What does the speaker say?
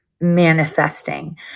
Manifesting